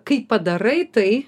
kai padarai tai